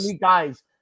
guys